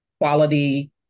quality